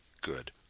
good